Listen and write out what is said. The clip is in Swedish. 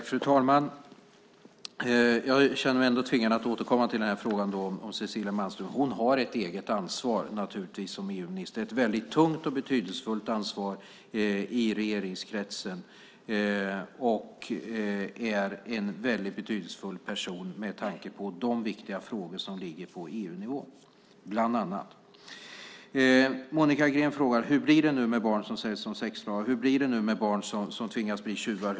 Fru talman! Jag känner mig ändå tvingad att återkomma till frågan om Cecilia Malmström. Hon har naturligtvis ett eget ansvar som EU-minister, ett väldigt tungt och betydelsefullt ansvar i regeringskretsen, och är en väldigt betydelsefull person med tanke på de viktiga frågor som ligger på EU-nivå bland annat. Monica Green frågar: Hur blir det med barn som säljs som sexslavar? Hur blir det med barn som tvingas bli tjuvar?